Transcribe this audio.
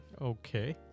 Okay